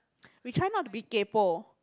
we try not to be kaypo